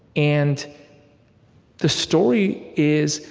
and the story is,